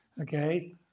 Okay